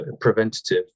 preventative